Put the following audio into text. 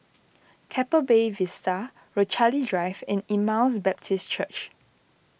Keppel Bay Vista Rochalie Drive and Emmaus Baptist Church